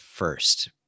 first